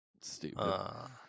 Stupid